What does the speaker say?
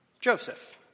Joseph